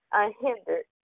unhindered